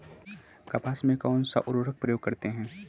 कपास में कौनसा उर्वरक प्रयोग करते हैं?